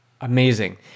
amazing